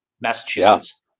massachusetts